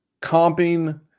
comping